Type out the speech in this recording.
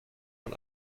man